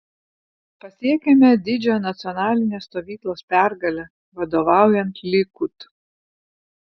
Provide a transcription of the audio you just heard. pasiekėme didžią nacionalinės stovyklos pergalę vadovaujant likud